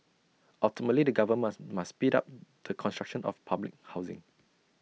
ultimately the govern must must speed up the construction of public housing